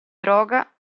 droga